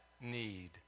need